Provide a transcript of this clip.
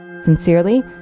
Sincerely